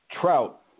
Trout